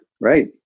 right